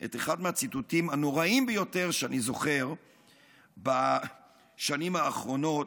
את אחד מהציטוטים הנוראיים ביותר שאני זוכר מהשנים האחרונות,